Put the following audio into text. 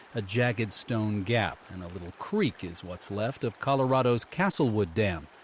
a jagged stone gap and a little creek is what's left of colorado's castlewood dam.